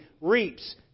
reaps